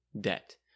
debt